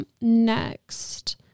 next